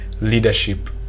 leadership